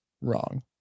wrong